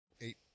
eight